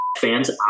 fans